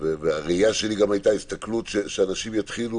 הראייה שלי גם הייתה הסתכלות שאנשים יתחילו